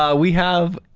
ah we have